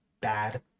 bad